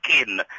skin